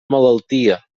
malaltia